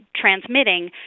transmitting